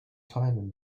time